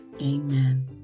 Amen